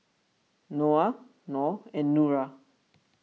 Noah Nor and Nura